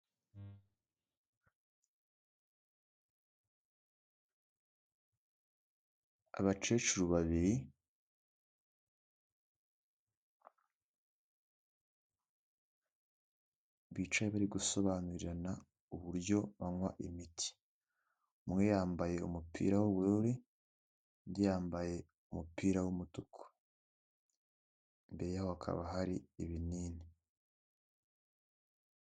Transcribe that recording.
Abakecuru babiri bicaye bari gusobanurirana uburyo banywa imiti, umwe yambaye umupira w'ubururu, undi yambaye umupira w'umutuku, imbere yabo hakaba hari ibinini.